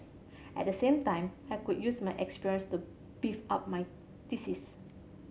at the same time I could use my experience to beef up my thesis